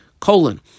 colon